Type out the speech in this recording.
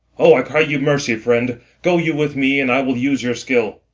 o i cry you mercy, friend go you with me, and i will use your skill.